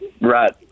right